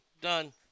done